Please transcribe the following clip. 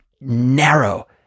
narrow